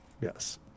Yes